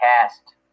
cast